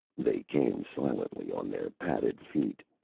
they came silently on their padded feet,